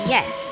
Yes